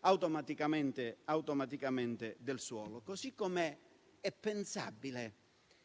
automaticamente del suolo. Come è pensabile